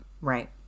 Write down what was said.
Right